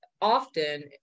often